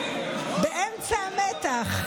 באמצע המתח.